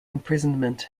imprisonment